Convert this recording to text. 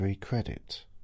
credit